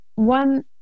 one